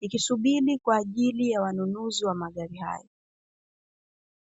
ikisubiri kwa ajili ya wanunuzi wa magari hayo.